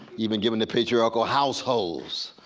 even given the patriarchal households.